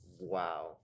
wow